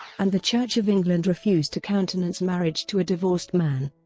and the church of england refused to countenance marriage to a divorced man.